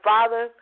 Father